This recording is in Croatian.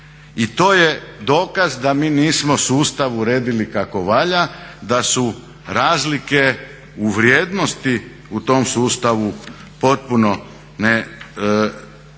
I to je dokaz da mi nismo sustav uredili kako valja, da su razlike u vrijednosti u tom sustavu potpuno